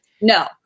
No